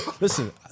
listen